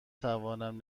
توانم